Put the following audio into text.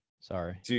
Sorry